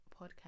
podcast